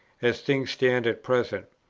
as things stand at present.